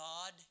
God